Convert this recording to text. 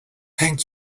thank